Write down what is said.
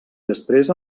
després